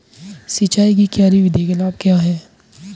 सिंचाई की क्यारी विधि के लाभ क्या हैं?